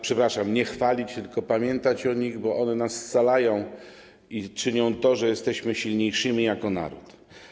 Przepraszam, nie chwalić, tylko pamiętać o nich, bo one nas scalają i czynią to, że jesteśmy silniejsi jako naród.